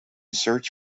search